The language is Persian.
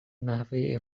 نحوه